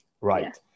Right